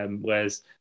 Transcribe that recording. whereas